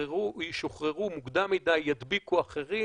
ישוחררו מוקדם מדי, ידביקו אחרים,